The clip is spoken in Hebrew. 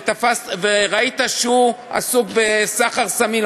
וראית שהוא עוסק בסחר בסמים,